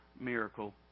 miracle